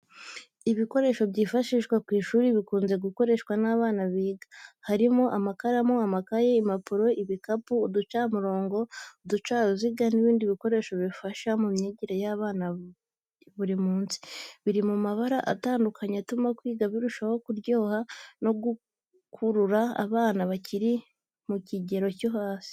Ibikoresho byifashishwa ku ishuri bikunze gukoreshwa n’abana biga. Harimo amakaramu, amakaye, impapuro, ibikapu, uducamurongo, uducaruziga n’ibindi bikoresho bifasha mu myigire y’abana ya buri munsi. Biri mu mabara atandukanye atuma kwiga birushaho kuryoha no gukurura abana bakiri mu kigero cyo hasi.